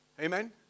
Amen